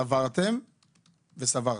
סברתם וסברתי.